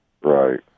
Right